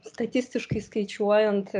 statistiškai skaičiuojant